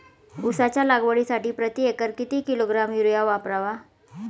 उसाच्या लागवडीसाठी प्रति एकर किती किलोग्रॅम युरिया वापरावा?